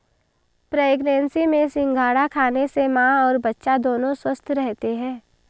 pregnancy में सिंघाड़ा खाने से मां और बच्चा दोनों स्वस्थ रहते है